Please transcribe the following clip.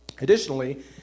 Additionally